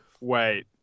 Wait